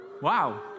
Wow